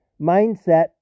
mindset